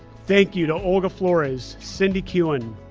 thank you to olga flores, cindy kuehn,